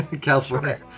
California